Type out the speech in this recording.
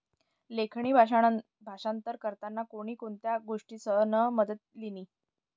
लेखणी भाषांतर करताना कोण कोणत्या गोष्टीसनी मदत लिनी